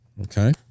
Okay